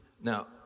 Now